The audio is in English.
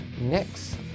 next